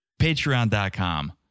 patreon.com